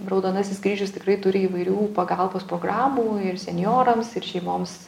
raudonasis kryžius tikrai turi įvairių pagalbos programų ir senjorams ir šeimoms